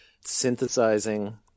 synthesizing